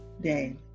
day